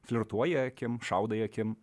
flirtuoji akim šaudai akim